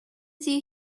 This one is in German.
sie